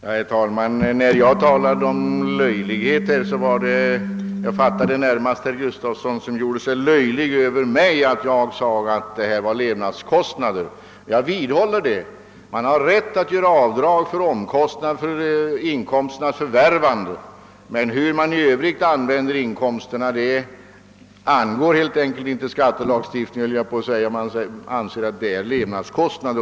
Herr talman! När jag talade om löjligheter, så var det därför att jag fattade herr Gustafson i Göteborg så att han gjorde sig löjlig över mig därför att jag sade att detta var levnadskostnader. Jag vidhåller det. Man har rätt att göra avdrag för omkostnader för inkomsternas förvärvande, men hur man i Övrigt använder inkomsterna ligger helt enkelt vid sidan av skattelagstiftningen — den delen är levnadskostnader.